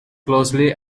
closely